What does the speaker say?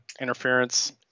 interference